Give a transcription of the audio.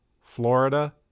Florida